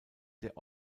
der